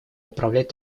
управлять